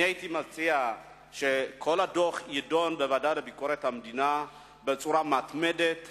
אני מציע שכל הדוח יידון בוועדה לביקורת המדינה בצורה מתמדת,